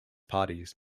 parties